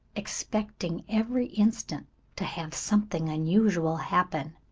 expecting every instant to have something unusual happen.